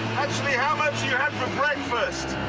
actually how much you had for breakfast.